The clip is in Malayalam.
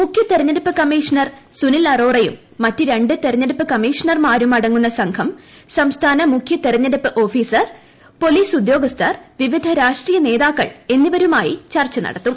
മുഖ്യ തെരഞ്ഞെടുപ്പ് കമ്മീഷണർ സുനിൽ അറോറയും മറ്റു രണ്ട് തെരഞ്ഞെടുപ്പ് കമ്മീഷണർമാരും അടങ്ങുന്ന സംഘം സംസ്ഥാനത്തെ മുഖ്യ തെരഞ്ഞെടുപ്പ് ഓഫീസർ പൊലീസ് ഉദ്യോഗസ്ഥർ പിവിധ രാഷ്ട്രീയ നേതാക്കൾ എന്നിവരുമായി ചർച്ച നടത്തും